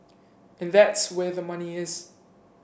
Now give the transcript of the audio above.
and that's where the money is